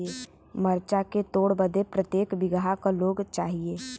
मरचा के तोड़ बदे प्रत्येक बिगहा क लोग चाहिए?